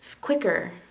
quicker